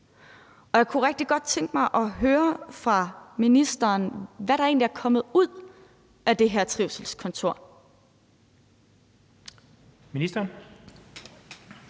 Og jeg kunne rigtig godt tænke mig at høre fra ministeren, hvad der egentlig er kommet ud af det her trivselskontor.